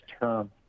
term